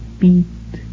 beat